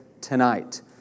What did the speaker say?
tonight